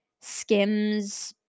skims